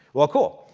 well, cool.